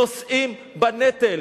נושאים בנטל.